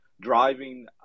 driving